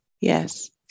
Yes